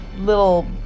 little